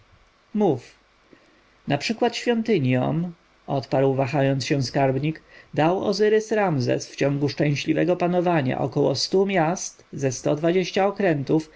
mów naprzykład świątyniom odparł wahając się skarbnik dał ozyrys-ramzes w ciągu szczęśliwego panowania około stu miast ze sto dwadzieścia okrętów